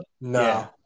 No